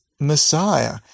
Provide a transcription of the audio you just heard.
Messiah